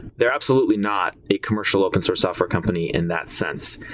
they're absolutely not a commercial open source software company in that sense.